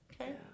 Okay